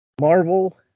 Marvel